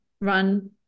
run